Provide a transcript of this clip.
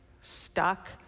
stuck